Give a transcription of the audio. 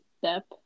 Step